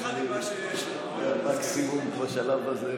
כל אחד, את מה שיש לו.